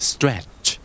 Stretch